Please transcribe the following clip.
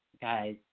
guys